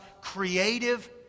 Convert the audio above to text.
creative